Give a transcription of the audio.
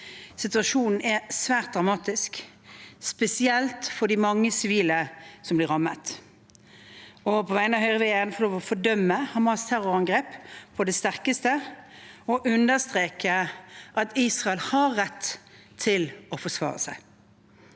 Situasjonen er svært dramatisk, spesielt for de mange sivile som blir rammet. På vegne av Høyre vil jeg gjerne få lov å fordømme Hamas’ terrorangrep på det sterkeste og understreke at Israel har rett til å forsvare seg.